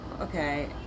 Okay